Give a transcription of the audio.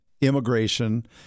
immigration